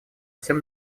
всем